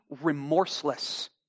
remorseless